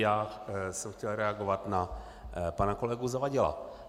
Já jsem chtěl reagovat na pana kolegu Zavadila.